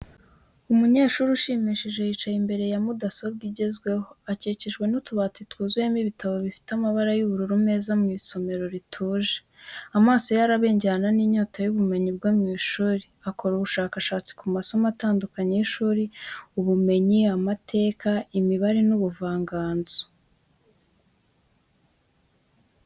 Umunyeshuri ushimishije yicaye imbere ya mudasobwa igezweho, akikijwe n'utubati twuzuyemo ibitabo bifite amabara y’ubururu meza mu isomero rituje. Amaso ye arabengerana n’inyota y’ubumenyi bwo mu ishuri, akora ubushakashatsi ku masomo atandukanye y’ishuri: ubumenyi, amateka, imibare, n’ubuvanganzo.